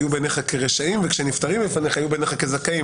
יהיו בעיניך כרשעים וכשנפטרים לפניך יהיו בעיניך כזכאים".